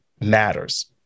matters